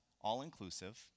all-inclusive